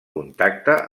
contacte